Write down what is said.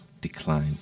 Decline